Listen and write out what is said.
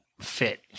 fit